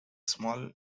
small